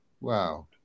Wow